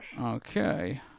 okay